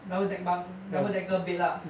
double-deck bunk double-decker bed lah